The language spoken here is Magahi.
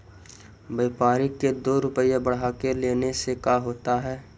व्यापारिक के दो रूपया बढ़ा के लेने से का होता है?